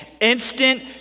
Instant